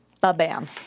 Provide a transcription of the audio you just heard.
bam